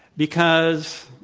because,